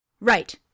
right